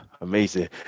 amazing